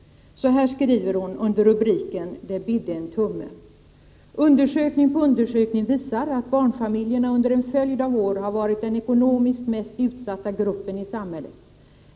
Under rubriken ”Det bidde en tumme” skriver Anna-Lisa Hellsten: ”Undersökning på undersökning visar, att barnfamiljerna under en följd av år varit den ekonomiskt mest utsatta gruppen i samhället.